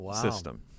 system